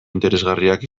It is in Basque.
interesgarriak